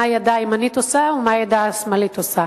ידה הימנית עושה ומה ידה השמאלית עושה.